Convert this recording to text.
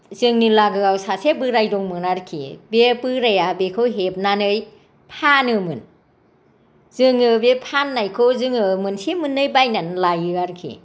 जोंनि लागोआव सासे बोराय दंमोन आरोखि बे बोराया बेखौ हेबनानै फानोमोन जोङो बे फाननायखौ जोङो मोनसे मोननै बायनानै लायो आरोखि